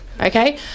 okay